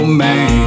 man